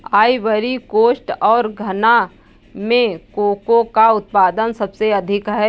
Ivory coast और घना में कोको का उत्पादन सबसे अधिक है